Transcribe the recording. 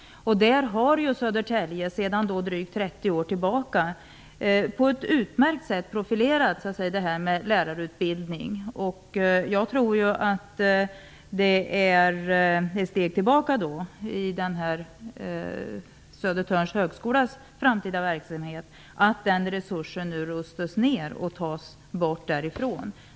Södertälje har sedan drygt 30 år tillbaka på ett utmärkt sätt profilerat lärarutbildningen. Jag tror att det är ett steg tillbaka, när det gäller Södertörns högskolas framtida verksamhet, att den här resursen nu rustas ner och tas bort därifrån.